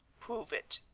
prove it.